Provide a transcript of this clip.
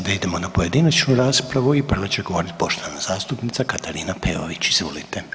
Sada idemo na pojedinačnu raspravu i prva će govorit poštovana zastupnica Katarina Peović, izvolite.